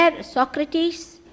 Socrates